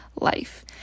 life